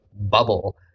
bubble